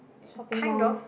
shopping malls